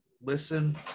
listen